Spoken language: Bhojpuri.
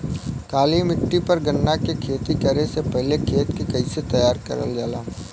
काली मिट्टी पर गन्ना के खेती करे से पहले खेत के कइसे तैयार करल जाला?